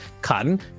cotton